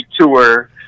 tour